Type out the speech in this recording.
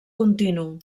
continu